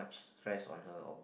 muhc stress on her or